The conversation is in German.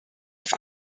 auf